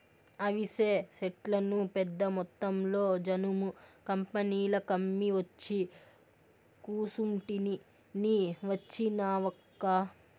అవిసె సెట్లను పెద్దమొత్తంలో జనుము కంపెనీలకమ్మి ఒచ్చి కూసుంటిని నీ వచ్చినావక్కా